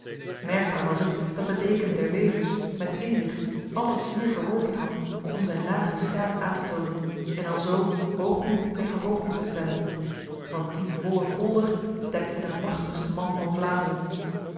merkbaar was het dat de deken der wevers met inzicht alle zwier verworpen had om zijn lage staat aan te tonen en alzo hoogmoed tegen hoogmoed te stellen want die wollen kolder dekte de machtigste man van vlaanderen